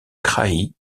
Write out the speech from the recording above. kraï